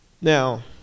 Now